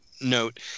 note